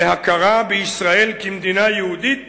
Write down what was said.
להכרה בישראל כמדינה יהודית